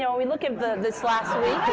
yeah we look at this last week